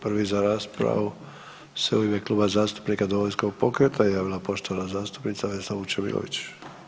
Prvi za raspravu se u ime Kluba zastupnika Domovinskog pokreta javila poštovana zastupnica Vesna Vučemilović.